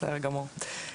בסדר גמור.